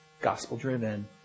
gospel-driven